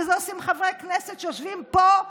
ואת זה עושים חברי כנסת שיושבים פה,